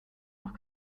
noch